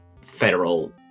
federal